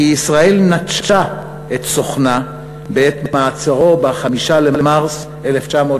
כי ישראל נטשה את סוכנה בעת מעצרו ב-21 בנובמבר